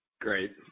Great